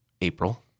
April